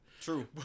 True